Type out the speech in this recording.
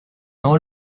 all